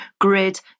grid